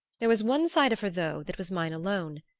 there was one side of her, though, that was mine alone,